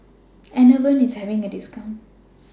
Enervon IS having A discount